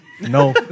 No